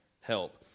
help